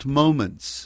moments